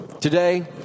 Today